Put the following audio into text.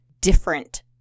different